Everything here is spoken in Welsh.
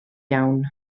iawn